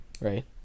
right